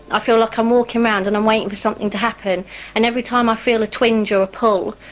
i feel like i'm walking round and i'm waiting for something to happen and every time i feel a twinge or a pull,